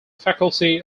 faculty